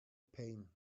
pain